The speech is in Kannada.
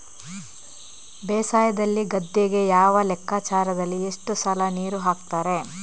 ಬೇಸಾಯದಲ್ಲಿ ಗದ್ದೆಗೆ ಯಾವ ಲೆಕ್ಕಾಚಾರದಲ್ಲಿ ಎಷ್ಟು ಸಲ ನೀರು ಹಾಕ್ತರೆ?